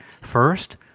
First